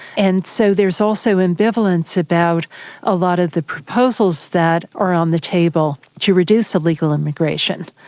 and so there's also ambivalence about a lot of the proposals that are on the table to reduce illegal immigration,